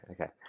okay